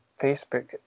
Facebook